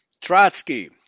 Trotsky